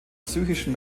psychischen